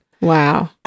Wow